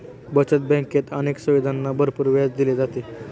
बचत बँकेत अनेक सुविधांना भरपूर व्याज दिले जाते